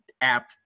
app